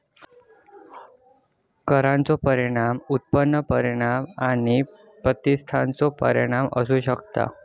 करांचो परिणाम उत्पन्न परिणाम आणि प्रतिस्थापन परिणाम असू शकतत